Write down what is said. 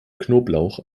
knoblauch